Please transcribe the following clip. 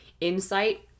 insight